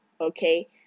okay